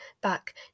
back